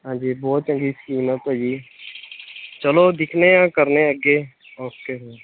ਹਾਂਜੀ ਬਹੁਤ ਚੰਗੀ ਸਕੀਮ ਆ ਭਾਅ ਜੀ ਚਲੋ ਦੇਖਦੇ ਹਾਂ ਕਰਦੇ ਹਾਂ ਅੱਗੇ ਓਕੇ